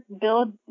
build